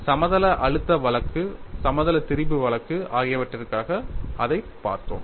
சமதள அழுத்த வழக்கு சமதள திரிபு வழக்கு ஆகியவற்றிற்காக அதைப் பார்த்தோம்